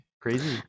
crazy